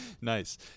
Nice